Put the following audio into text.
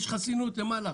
לי יש חסינות, למה לך?